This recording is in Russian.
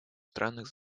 странах